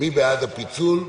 מי בעד הפיצול?